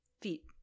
feet